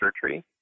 surgery